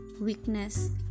weakness